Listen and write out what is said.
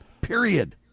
period